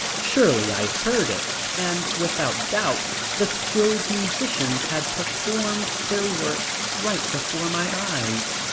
surely i heard it, and without doubt the skilled musicians had performed their work right before my eyes.